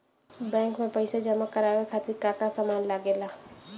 Bank में पईसा जमा करवाये खातिर का का सामान लगेला?